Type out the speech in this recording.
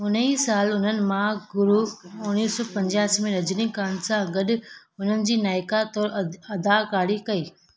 हुन ई सालु हुननि महागुरु उणिवीह सौ पंजासी में रजनीकांत सां गॾु हुननि जी नायिका तौरु अद अद अदाकारी कई